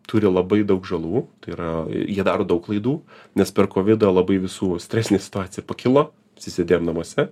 turi labai daug žalų tai yra jie daro daug klaidų nes per kovidą labai visų stresinė situacija pakilo visi sėdėjom namuose